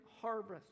harvest